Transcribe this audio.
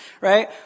right